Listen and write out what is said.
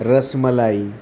rasmalai